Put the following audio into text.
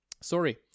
Sorry